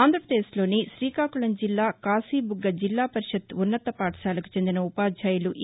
ఆంధ్రాపదేశ్లోని శ్రీకాకుళంజిల్లా కాశీబుగ్గ జిల్లాపరిషత్తు ఉన్నతపాఠశాలకు చెందిన ఉపాధ్యాయులు ఎ